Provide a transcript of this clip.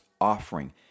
offering